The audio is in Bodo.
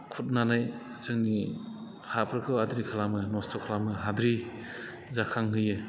खुरनानै जोंनि हाफोरखौ आद्रि खालामो नस्त' खालामो हाद्रि जाखांहोयो